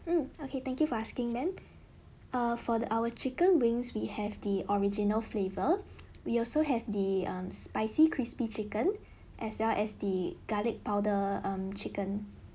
mm okay thank you for asking ma'am err for the our chicken wings we have the original flavour we also have the um spicy crispy chicken as well as the garlic powder um chicken